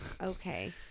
Okay